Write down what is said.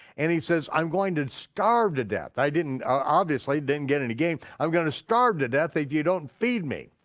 and he says i'm going to starve to death, i didn't obviously then get any game, i'm gonna starve to death if you don't feed me.